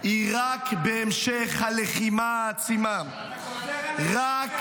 היא רק בהמשך הלחימה העצימה -- אתה גוזר עליהם מוות,